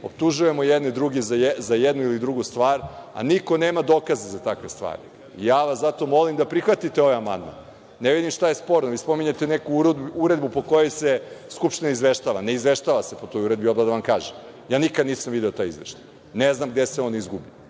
optužujemo jedni druge za jednu ili drugu stvar, a niko nema dokaze za takve stvari. Zato vas molim da prihvatite ovaj amandman. Ne vidim šta je sporno. Vi spominjete neku uredbu po kojoj se Skupština izveštava. Ne izveštava se po toj uredbi, odmah da vam kažem. Ja nikad nisam video taj izveštaj. Ne znam gde se on izgubi